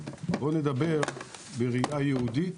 בוא נדבר בראיה יהודית,